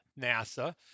NASA